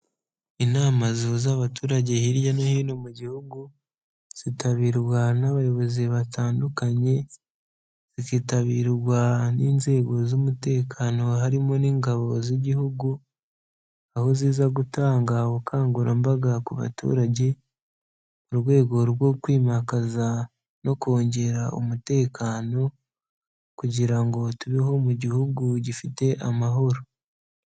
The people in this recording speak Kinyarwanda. Inama zihuza abaturage hirya no hino mu gihugu, zitabirwa n'abayobozi batandukanye, zikitabirwa n'inzego z'umutekano harimo n'ingabo z'igihugu, aho ziza gutanga ubukangurambaga ku baturage, mu rwego rwo kwimakaza no kongera umutekano, kugira ngo tubeho mu gihugu gifite amahoro.